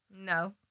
No